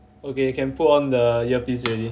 okay you can put on the earpiece already